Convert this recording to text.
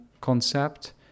concept